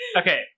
okay